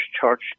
church